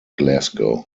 glasgow